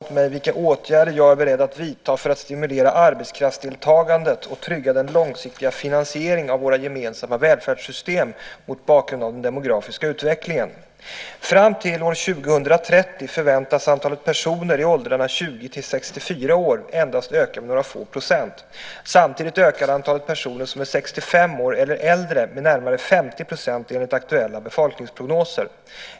Fru talman! Mats Odell har frågat mig vilka åtgärder jag är beredd att vidta för att stimulera arbetskraftsdeltagandet och trygga den långsiktiga finansieringen av våra gemensamma välfärdssystem mot bakgrund av den demografiska utvecklingen. Fram till 2030 förväntas antalet personer i åldrarna 20-64 år endast öka med några få procent. Samtidigt ökar antalet personer som är 65 år eller äldre med närmare 50 % enligt aktuella befolkningsprognoser.